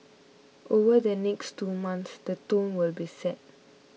over the next two months the tone will be set